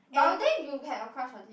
but you there you have on crush on him